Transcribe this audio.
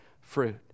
fruit